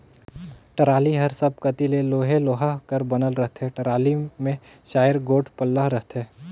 trolley हर सब कती ले लोहे लोहा कर बनल रहथे, टराली मे चाएर गोट पल्ला रहथे